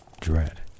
dread